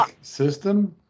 system